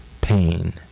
pain